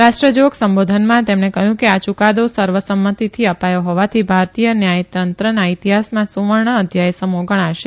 રાષ્ટ્રજોગ સંબોધનમાં તેમણે કહ્યું કે આ યૂકાદો સર્વસંમતિથી અપાયો હોવાથી ભારતીય ન્યાયતંત્રના ઇતિહાસમાં સુવર્ણ અધ્યાયસમો ગણાશે